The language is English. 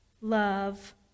love